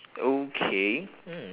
okay hmm